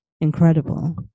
incredible